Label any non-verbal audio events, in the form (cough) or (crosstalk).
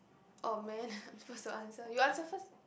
oh man (laughs) I'm supposed to answer you answer first